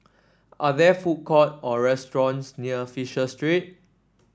are there food courts or restaurants near Fisher Street